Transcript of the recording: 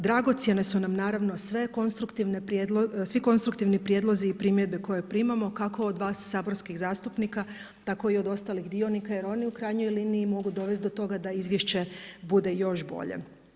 Dragocjene su nam naravno svi konstruktivni prijedlozi i primjedbe koje primamo, kako od vas saborskih zastupnika, tako i od ostalih dionika, jer oni u krajnjoj liniji mogu dovesti do toga da izvješće bude još bolje.